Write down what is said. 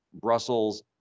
Brussels